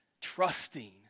trusting